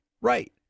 right